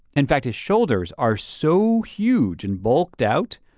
in fact his shoulders are so huge and bulked out,